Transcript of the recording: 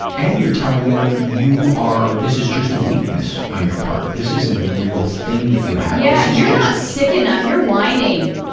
and you're telling them you are, this is just a weakness on your part, this isn't a real thing that you have charlynn yeah, you're not sick enough, you're whining.